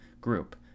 group